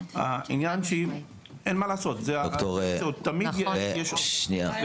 אין מה לעשות --- ד"ר קשקוש ראשד, כללית.